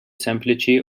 sempliċi